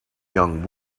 young